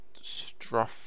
Struff